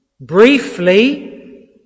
briefly